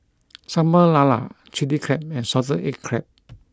Sambal Lala Chilli Crab and Salted Egg Crab